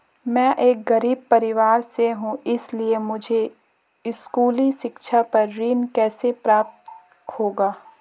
मैं एक गरीब परिवार से हूं इसलिए मुझे स्कूली शिक्षा पर ऋण कैसे प्राप्त होगा?